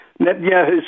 Netanyahu